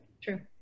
true